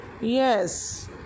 Yes